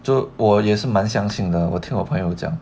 就我也是蛮相信的我听我朋友讲